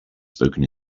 spoken